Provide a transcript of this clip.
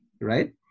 right